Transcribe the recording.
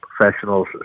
professionals